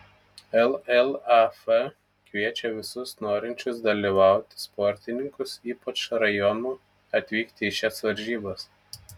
llaf kviečia visus norinčius dalyvauti sportininkus ypač rajonų atvykti į šias varžybas